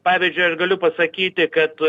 pavyzdžiui aš galiu pasakyti kad